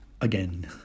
again